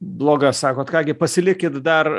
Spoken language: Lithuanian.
bloga sakot ką gi pasilikit dar